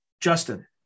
Justin